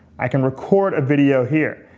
i can record a video here.